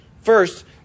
First